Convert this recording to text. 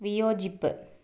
വിയോജിപ്പ്